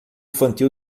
infantil